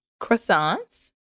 Croissants